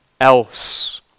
else